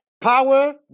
power